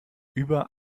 über